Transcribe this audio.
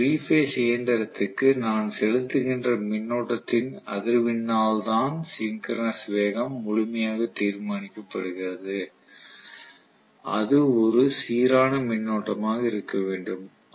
எனது 3 பேஸ் இயந்திரத்திற்கு நான் செலுத்துகின்ற மின்னோட்டத்தின் அதிர்வெண்ணால் தான் சிங்கரனஸ் வேகம் முழுமையாக தீர்மானிக்கப்படுகிறது அது ஒரு சீரான மின்னோட்டமாக இருக்க வேண்டும்